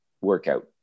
workout